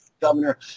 governor